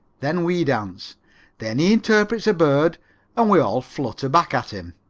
then we dance then he interprets a bird and we all flutter back at him.